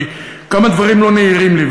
כי כמה דברים לא נהירים לי,